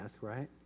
right